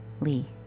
Lee